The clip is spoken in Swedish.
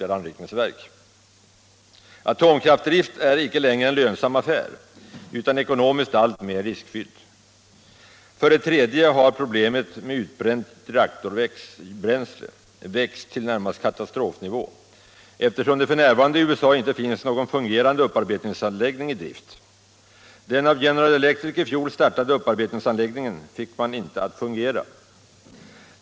Atomkraftsdrift är icke längre en lönsam affär, utan ekonomiskt alltmer riskfylld. För det tredje har problemet med utbränt reaktorbränsle växt till närmast katastrofnivå eftersom det f. n. i USA icke finns någon fungerande upparbetningsanläggning i drift. Den av General Electric i fjol startade upparbetningsanläggningen fick man icke att fungera.